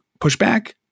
pushback